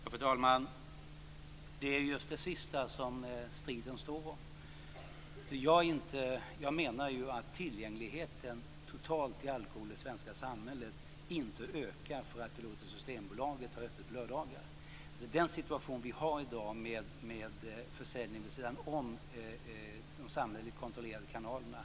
Fru talman! Det är just det sista som striden står om. Jag menar att tillgängligheten totalt till alkohol i svenska samhället inte ökar för att vi låter Systembolaget ha öppet på lördagar. I dag har vi en situation med försäljning vid sidan om de samhälleligt kontrollerade kanalerna.